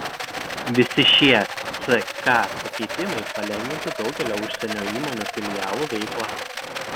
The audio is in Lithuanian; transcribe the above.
visi šie ck pakeitimai palengvintų daugelio užsienio įmonių filialų veiklą